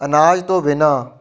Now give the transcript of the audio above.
ਅਨਾਜ ਤੋਂ ਬਿਨਾਂ